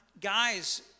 guys